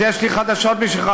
אז יש לי חדשות בשבילך,